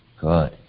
good